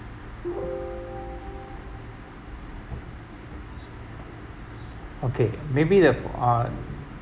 okay maybe the uh